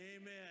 amen